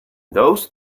those